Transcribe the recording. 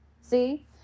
See